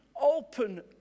open